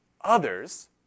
others